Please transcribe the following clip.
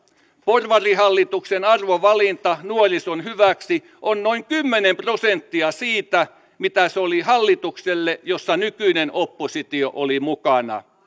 porvarihallituksen arvovalinta nuorison hyväksi on noin kymmenen prosenttia siitä mitä se oli hallituksella jossa nykyinen oppositio oli mukana